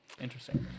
Interesting